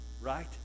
Right